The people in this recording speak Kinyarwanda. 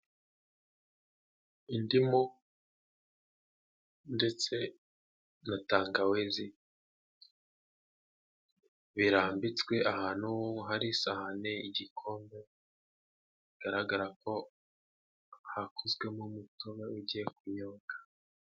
Indimu ndetse na tangawizi birambitswe ahantu hari isahani, igikombe, bigaragara ko hakozwemo umutobe ugiye kunyobwa.